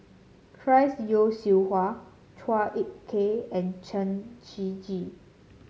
Chris Yeo Siew Hua Chua Ek Kay and Chen Shiji